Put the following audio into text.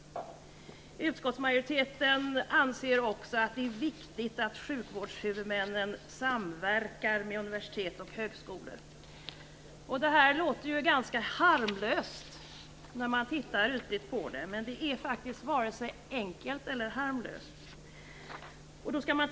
Utskottsmajoriteten anser också att det är viktigt att sjukvårdshuvudmännen samverkar med universitet och högskolor. Det här låter ju ganska harmlöst när man tittar ytligt på det, men det är faktiskt vare sig enkelt eller harmlöst.